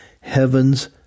heaven's